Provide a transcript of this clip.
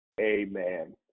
Amen